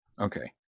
okay